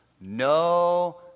no